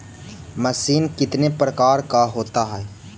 Machine कितने प्रकार का होता है?